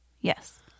Yes